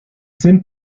sind